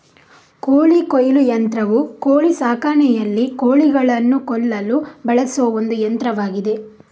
ಕೋಳಿ ಕೊಯ್ಲು ಯಂತ್ರವು ಕೋಳಿ ಸಾಕಾಣಿಕೆಯಲ್ಲಿ ಕೋಳಿಗಳನ್ನು ಕೊಲ್ಲಲು ಬಳಸುವ ಒಂದು ಯಂತ್ರವಾಗಿದೆ